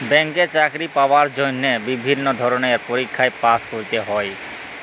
ব্যাংকে চাকরি পাওয়ার জন্হে বিভিল্য ধরলের পরীক্ষায় পাস্ ক্যরতে হ্যয়